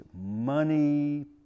money